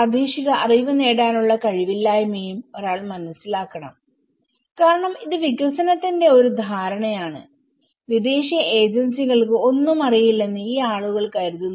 പ്രാദേശിക അറിവ് നേടാനുള്ള കഴിവില്ലായ്മയും ഒരാൾ മനസ്സിലാക്കണം കാരണം ഇത് വികസനത്തിന്റെ ഒരു ധാരണയാണ് വിദേശ ഏജൻസികൾക്ക് ഒന്നും അറിയില്ലെന്ന് ഈ ആളുകൾ കരുതുന്നു